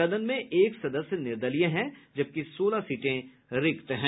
सदन में एक सदस्य निर्दलीय हैं जबकि सोलह सीटें रिक्त हैं